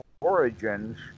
origins